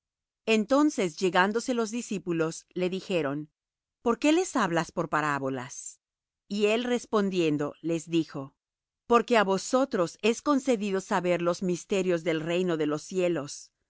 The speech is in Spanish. entonces llegándose los discípulos le dijeron por qué les hablas por parábolas y él respondiendo les dijo por que á vosotros es concedido saber los misterios del reino de los cielos